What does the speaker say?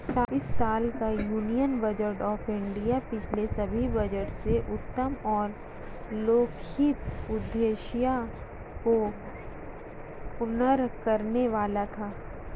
इस साल का यूनियन बजट ऑफ़ इंडिया पिछले सभी बजट से उत्तम और लोकहित उद्देश्य को पूर्ण करने वाला था